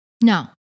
No